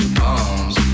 palms